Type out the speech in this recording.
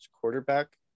quarterback